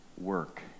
work